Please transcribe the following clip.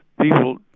people